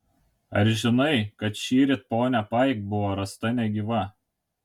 ar žinai kad šįryt ponia paik buvo rasta negyva